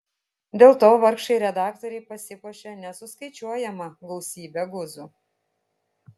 dėl to vargšai redaktoriai pasipuošė nesuskaičiuojama gausybe guzų